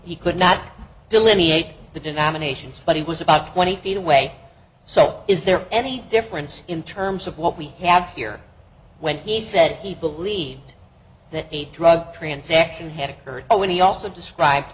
he could not delineate the denominations but he was about twenty feet away so is there any difference in terms of what we have here when he said he believed that a drug transaction had occurred when he also described